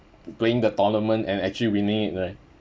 playing the tournament and actually winning it right